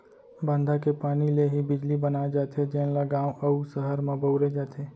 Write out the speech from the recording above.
बांधा के पानी ले ही बिजली बनाए जाथे जेन ल गाँव अउ सहर म बउरे जाथे